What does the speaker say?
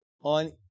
on